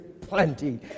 plenty